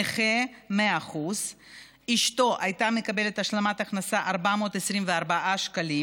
נכה 100%. אשתו הייתה מקבלת השלמת הכנסה 424 שקלים.